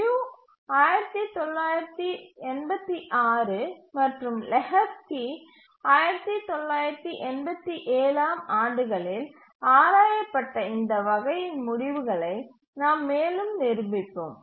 லியு 1986 மற்றும் லெஹோஸ்கி 1987 ஆம் ஆண்டுகளில் ஆராயப்பட்ட இந்த வகையின் முடிவுகளை நாம் மேலும் நிரூபிப்போம்